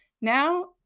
now